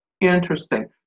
Interesting